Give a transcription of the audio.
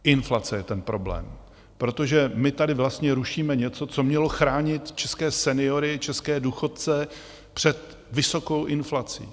Inflace je ten problém, protože my tady vlastně rušíme něco, co mělo chránit české seniory, české důchodce před vysokou inflací.